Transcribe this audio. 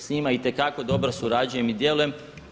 Sa njima itekako dobro surađujem i djelujem.